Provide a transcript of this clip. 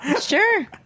Sure